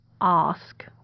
ask